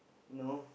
no